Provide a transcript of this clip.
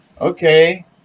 okay